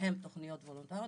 הן תוכניות וולונטריות,